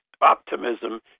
optimism